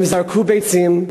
הם זרקו ביצים,